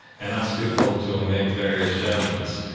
and ask people to make various judgements.